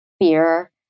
fear